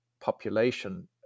population